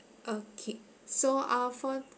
okay so uh for